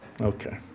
Okay